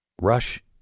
Rush